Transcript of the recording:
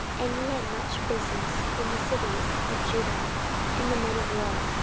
and he had much business in the cities of judah and the men of war,